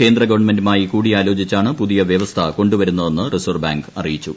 കേന്ദ്രഗവണ്മെന്റുമായി കൂടിയാലോചിച്ചാണ് പുതിയ വൃവസ്ഥ കൊണ്ടു വരുന്നതെന്ന് റിസർവ്വ് ബാങ്ക് അറിയിച്ചു